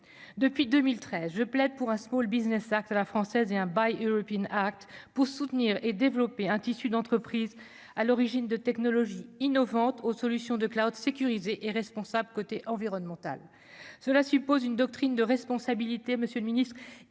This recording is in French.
depuis 2013, je plaide pour un Small Business act à la française et un bail acte pour soutenir et développer un tissu d'entreprises à l'origine de technologies innovantes aux solutions de Claude sécurisée et responsable côté environnemental, cela suppose une doctrine de responsabilité Monsieur le Ministre,